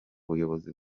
buyobozi